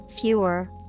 fewer